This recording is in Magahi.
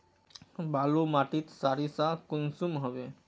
बालू माटित सारीसा कुंसम होबे?